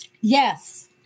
Yes